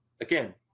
again